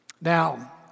Now